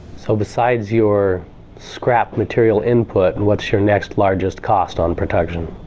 so besides your scrap material input, and what's your next largest cost on production?